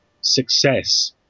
success